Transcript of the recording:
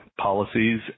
policies